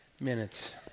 minutes